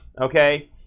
okay